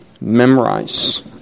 memorize